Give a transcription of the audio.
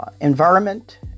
environment